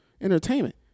entertainment